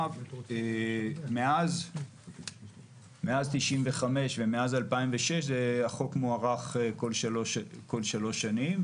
מאז 1995 ומאז 2006 החוק מוערך כל 3 שנים,